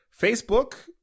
Facebook